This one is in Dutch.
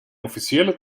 officiële